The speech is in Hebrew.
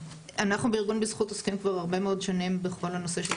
אנחנו בארגון "בזכות" עוסקים כבר הרבה מאוד שנים בכל הנושא של